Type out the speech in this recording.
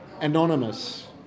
anonymous